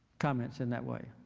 comments in that way.